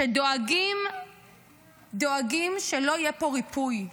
שדואגים שלא יהיה פה ריפוי,